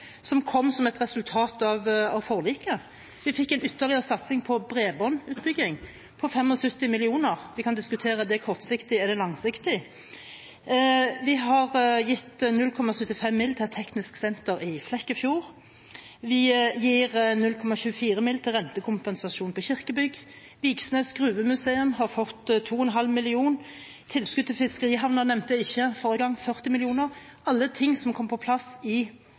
som kom som et resultat av forliket. Vi fikk en ytterligere satsing på bredbåndutbygging på 75 mill. kr – vi kan diskutere om det er kortsiktig eller langsiktig – vi har gitt 0,75 mill. kr til et teknisk senter i Flekkefjord, vi gir 0,24 mill. kr til rentekompensasjon på kirkebygg, Vigsnes Grubemuseum har fått 2,5 mill. kr, tilskudd til fiskerihavner på 40 mill. kr nevnte jeg ikke forrige gang. Alt dette kom på plass i